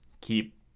keep